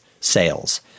sales